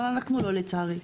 אבל אנחנו לא, לצערי.